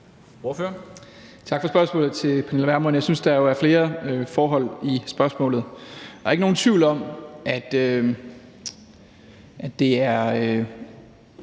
Tak for spørgsmålet fra fru Pernille Vermund. Jeg synes jo, at der er flere forhold i spørgsmålet. Der er ikke nogen tvivl om, at det er